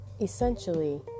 essentially